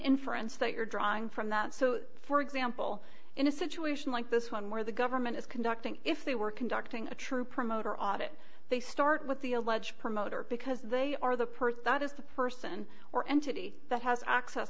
inference that you're drawing from that so for example in a situation like this one where the government is conducting if they were conducting a true promoter audit they start with the alleged promoter because they are the person that is the person or entity that has access